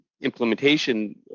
implementation